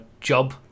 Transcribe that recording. job